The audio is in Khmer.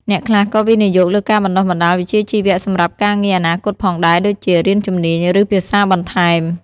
អ្នកខ្លះក៏វិនិយោគលើការបណ្ដុះបណ្ដាលវិជ្ជាជីវៈសម្រាប់ការងារអនាគតផងដែរ ដូចជារៀនជំនាញ ឬ ភាសាបន្ថែម។